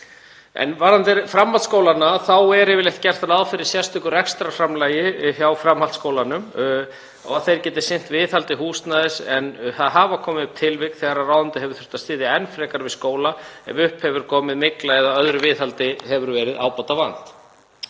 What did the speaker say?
En varðandi framhaldsskólana þá er yfirleitt gert ráð fyrir sérstöku rekstrarframlagi hjá framhaldsskólunum og að þeir geti sinnt viðhaldi húsnæðis en það hafa komið upp tilvik þegar ráðuneytið hefur þurft að styðja enn frekar við skóla ef upp hefur komið mygla eða öðru viðhaldi hefur verið ábótavant.